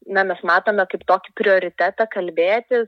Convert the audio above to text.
na mes matome kaip tokį prioritetą kalbėti